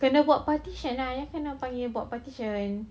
kena buat partition lah ayah kena panggil buat partition